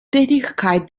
tätigkeit